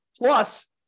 Plus